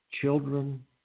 children